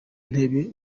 ntebe